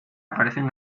aparecen